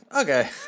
okay